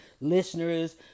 listeners